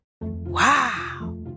Wow